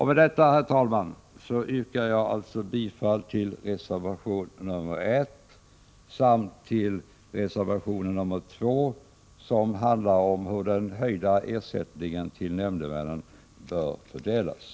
Med detta, herr talman, yrkar jag bifall till reservation nr 1 samt till reservation nr 2, som handlar om hur den höjda ersättningen till nämndemännen bör fördelas.